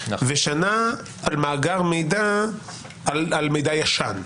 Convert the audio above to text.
ושנה על מאגר מידע על מידע ישן,